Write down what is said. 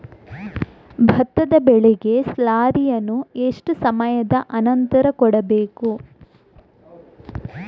ಭತ್ತದ ಬೆಳೆಗೆ ಸ್ಲಾರಿಯನು ಎಷ್ಟು ಸಮಯದ ಆನಂತರ ಕೊಡಬೇಕು?